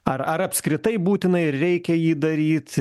ar ar apskritai būtina ir reikia jį daryt